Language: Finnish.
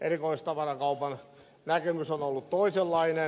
erikoistavarakaupan näkemys on ollut toisenlainen